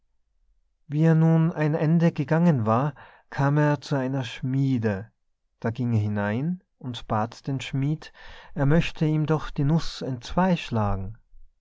wie er nun ein ende gegangen war kam er zu einer schmiede da ging er hinein und bat den schmied er möchte ihm doch die nuß entzwei schlagen